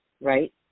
right